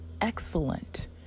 excellent